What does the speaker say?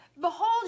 Behold